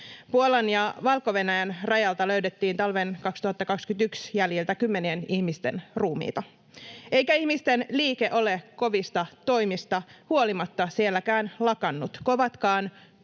Puolan ja Valko-Venäjän rajalta löydettiin talven 2021 jäljiltä kymmenien ihmisten ruumiita, eikä ihmisten liike ole kovista toimista huolimatta sielläkään lakannut. Kovatkaan